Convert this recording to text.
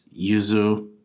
Yuzu